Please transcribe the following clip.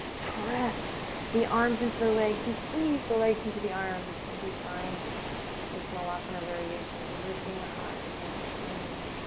press the arms into the legs and squeeze the legs into the arms as you find this malasana variation. lifting the heart against sternum,